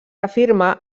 afirma